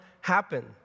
happen